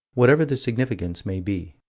whatever the significance may be